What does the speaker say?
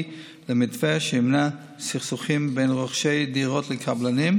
למתווה שימנע סכסוכים בין רוכשי דירות לקבלנים,